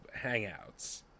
Hangouts